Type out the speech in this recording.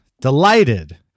delighted